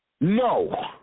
No